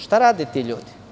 Šta rade ti ljudi?